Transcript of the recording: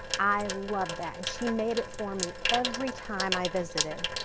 i love that and she made it for me every time i visited.